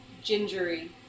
Gingery